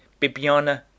bibiana